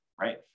right